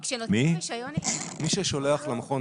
מי ששולח למכון,